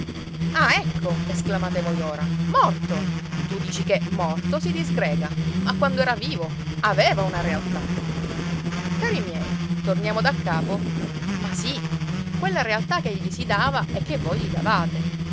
ah ecco esclamate voi ora morto tu dici che morto si disgrega ma quando era vivo aveva una realtà cari miei torniamo daccapo ma sì quella realtà ch'egli si dava e che voi gli davate